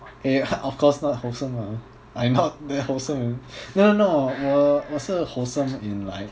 ya of course not wholesome ah I not that wholesome no no no 我是 wholesome in life